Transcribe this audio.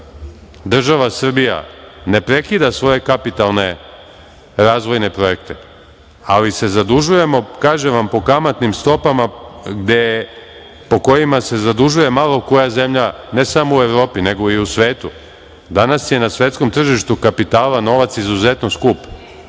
država Srbija ne prekida svoje kapitalne, razvojne projekte, ali se zadužujemo, kažem vam po kamatnim stopama, po kojima se zadužuje malo koja zemlja, ne samo u Evropi nego i u svetu. Danas je na svetskom tržištu kapitala novac izuzetno skup